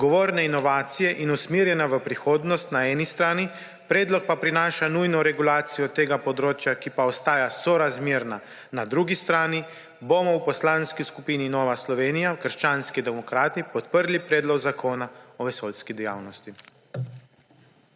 odgovorne inovacije in usmerjena v prihodnost na eni strani, predlog pa prinaša nujno regulacijo tega področja, ki pa ostaja sorazmerna na drugi strani, bomo v Poslanski skupini Nova Slovenija – krščanski demokrati podprli predlog zakona o vesoljski dejavnosti.